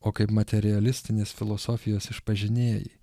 o kaip materialistinės filosofijos išpažinėjai